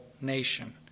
nation